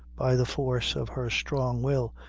by the force of her strong will,